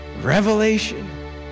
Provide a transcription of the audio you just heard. Revelation